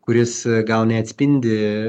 kuris gal neatspindi